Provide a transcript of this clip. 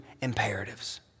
imperatives